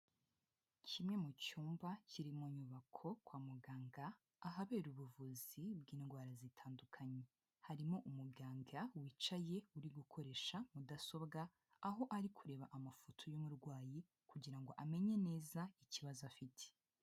Kimwe mu cyumba kiri mu nyubako kwa muganga ahabera ubuvuzi bw'indwara zitandukanye, harimo umuganga wicaye uri gukoresha mudasobwa, aho ari kureba amafoto y'umurwayi kugira ngo amenye neza ikibazo afite.